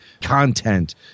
content